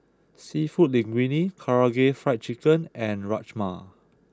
Seafood Linguine Karaage Fried Chicken and Rajma